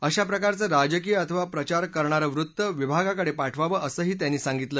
अशा प्रकारचं राजकीय अथवा प्रचार करणारं वृत्त विभागाकडे पाठवावं असंही त्यांनी सांगितलं